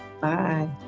Bye